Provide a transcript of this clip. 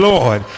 Lord